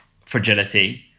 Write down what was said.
fragility